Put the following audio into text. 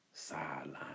sideline